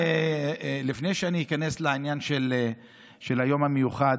לפני שאני איכנס לעניין של היום המיוחד,